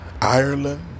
Ireland